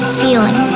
feeling